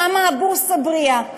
שם הבורסה בריאה.